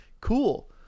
cool